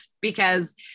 because-